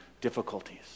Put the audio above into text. difficulties